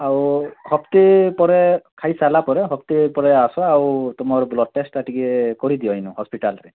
ଆଉ ହପ୍ତେ ପରେ ଖାଇସାରିଲା ପରେ ହପ୍ତେ ପରେ ଆସ ଆଉ ତୁମର ବ୍ଲଡ଼୍ ଟେଷ୍ଟ୍ ଟିକେ କରିଦିଆ ଏଇନୁ ହସ୍ପିଟାଲରେ